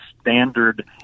standard